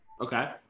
Okay